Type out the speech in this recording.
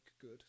good